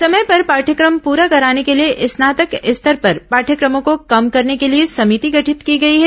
समय पर पाठयक्रम पुरा कराने के लिए स्नातक स्तर पर पाठयक्रमों को कम करने के लिए समिति गठित की गई है